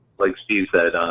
like steve said,